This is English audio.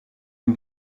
and